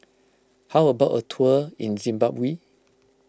how about a tour in Zimbabwe